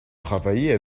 travailler